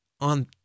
on